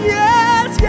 yes